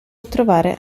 trovare